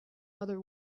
other